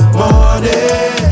morning